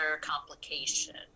complication